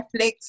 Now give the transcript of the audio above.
netflix